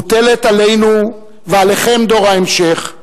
מוטלת עלינו ועליכם, דור ההמשך,